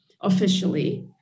officially